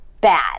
bad